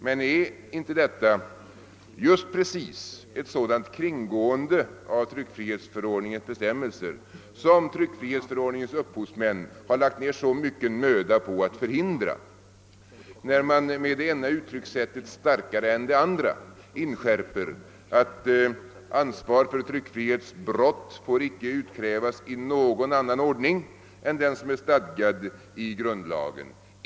Men är inte detta precis ett sådant kringgående av tryckfrihetsförordningens bestämmelser som förordningens upphovsmän lagt ned så mycken möda på att förhindra, när de med det ena uttryckssättet starkare än det andra inskärper att ansvar för tryckfrihetsbrott inte får utkrävas i någon annan ordning än den som är stadgad i grundlagen?